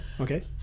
Okay